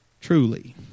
Truly